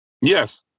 yes